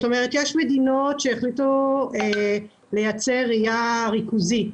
יש מדינות שהחליטו לייצר יער ריכוזי,